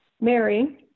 Mary